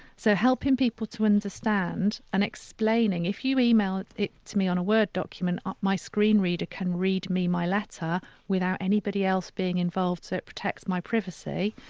so helping people to understand and explaining if you email it it to me on a word document ah my screen reader can read me my letter without anybody else being involved, so it protects my privacy,